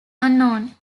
unknown